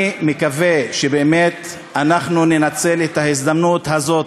אני מקווה שבאמת אנחנו ננצל את ההזדמנות הזאת,